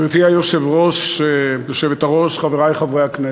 גברתי היושבת-ראש, חברי חברי הכנסת,